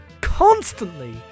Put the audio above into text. constantly